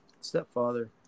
stepfather